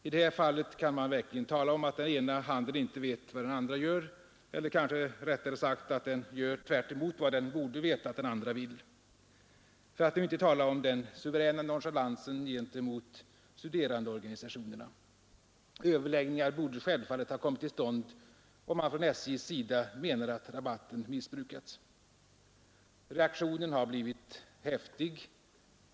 I det här fallet kan man verkligen tala om att den ena handen inte vet vad den andra gör eller kanske, rättare sagt, om att den gör tvärtemot vad den borde veta att den andra vill — för att nu inte tala om den suveräna nonchalansen gentemot studerandeorganisationerna. Överläggningar borde självfallet ha kommit till stånd, om man från SJ:s sida menar att rabatten missbrukas. Reaktionen har blivit häftig.